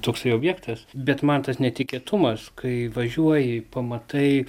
toksai objektas bet man tas netikėtumas kai važiuoji pamatai